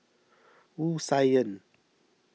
Wu Tsai Yen